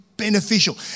Beneficial